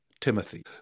Timothy